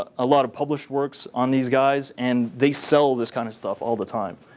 ah a lot of published works, on these guys. and they sell this kind of stuff all the time.